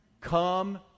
Come